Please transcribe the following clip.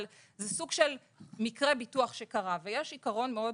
אבל זה סוג של מקרה ביטוח שקרה ויש עיקרון מאוד